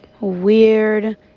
weird